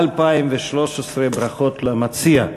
התשע"ג 2013. ברכות למציע.